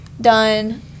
done